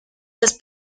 las